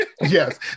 Yes